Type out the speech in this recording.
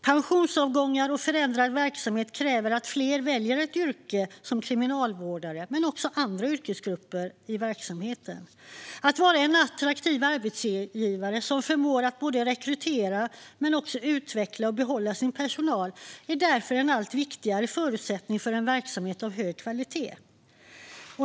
Pensionsavgångar och förändrad verksamhet kräver att fler väljer ett yrke som kriminalvårdare men också andra yrkesgrupper i verksamheten. Att vara en attraktiv arbetsgivare som förmår inte bara rekrytera utan även utveckla och behålla sin personal är därför en allt viktigare förutsättning för en verksamhet av hög kvalitet.